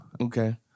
Okay